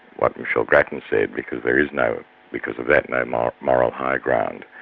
what michelle grattan said, because there is no because of that no um um moral high ground.